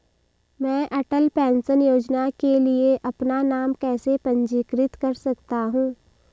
मैं अटल पेंशन योजना के लिए अपना नाम कैसे पंजीकृत कर सकता हूं?